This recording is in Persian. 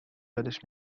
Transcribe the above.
یادش